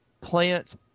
plants